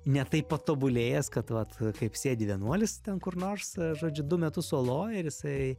ne taip patobulėjęs kad vat kaip sėdi vienuolis ten kur nors žodžiu du metus oloj ir jisai